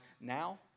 now